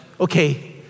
Okay